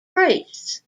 priests